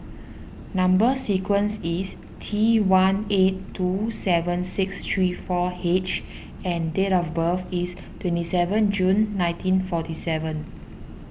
Number Sequence is T one eight two seven six three four H and date of birth is twenty seven June nineteen forty seven